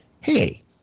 hey